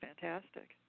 fantastic